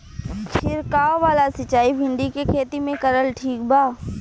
छीरकाव वाला सिचाई भिंडी के खेती मे करल ठीक बा?